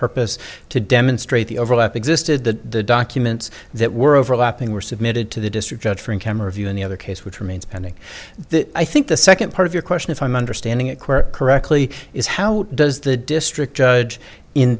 purpose to demonstrate the overlap existed the documents that were overlapping were submitted to the district judge from camera view in the other case which remains pending i think the second part of your question if i'm understanding it correctly is how does the district judge in